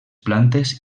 plantes